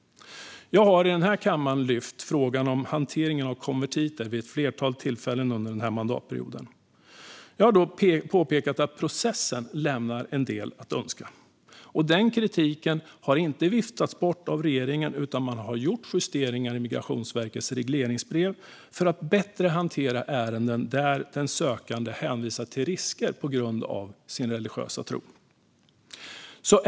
Jag har i denna kammare lyft frågan om hanteringen av konvertiter vid ett flertal tillfällen under mandatperioden. Jag har då påpekat att processen lämnar en del att önska. Den kritiken har inte viftats bort av regeringen, utan man har gjort justeringar i Migrationsverkets regleringsbrev för att bättre hantera ärenden där den sökande hänvisar till risker på grund av sin religiösa tro.